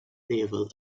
naval